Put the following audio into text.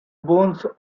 bones